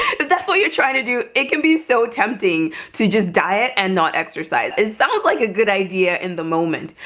but that's what you're trying to do. it can be so tempting to just diet and not exercise it sounds like a good idea in the moment,